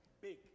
Big